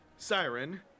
Siren